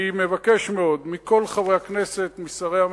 אני מבקש מאוד מכל חברי הכנסת, משרי הממשלה,